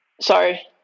sorry